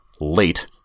late